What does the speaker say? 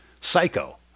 Psycho